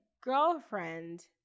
girlfriend